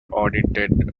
audited